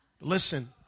Listen